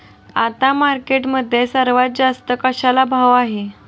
आता मार्केटमध्ये सर्वात जास्त कशाला भाव आहे?